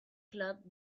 clock